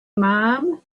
mom